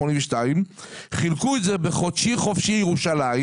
182 שעות חילקו את זה בחודשי חופשי ירושלים